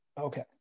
Okay